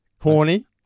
Horny